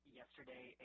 Yesterday